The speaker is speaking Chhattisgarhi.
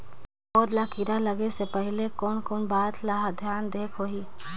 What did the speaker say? पौध ला कीरा लगे से पहले कोन कोन बात ला धियान देहेक होही?